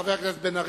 חבר הכנסת בן-ארי,